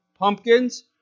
pumpkins